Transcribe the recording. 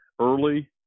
early